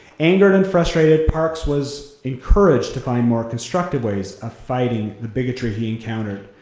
angered and frustrated, parks was encouraged to find more constructive ways of fighting the bigotry he encountered.